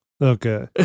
Okay